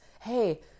Hey